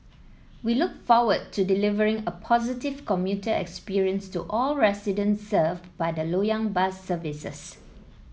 we look forward to delivering a positive commuter experience to all residents served by the Lo yang bus services